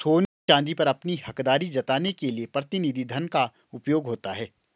सोने चांदी पर अपनी हकदारी जताने के लिए प्रतिनिधि धन का उपयोग होता है